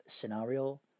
scenario